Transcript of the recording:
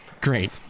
Great